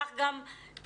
כך גם פוחת.